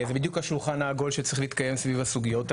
זה בדיוק השולחן העגול שצריך להתקיים סביב הסוגיות האלה.